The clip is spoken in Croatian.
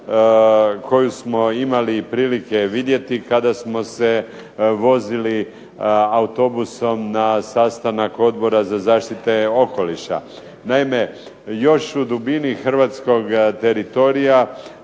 koju smo imali prilike vidjeti kada smo se vozili autobusom na sastanak Odbora za zaštitu okoliša. Naime, još u dubini hrvatskoga teritorija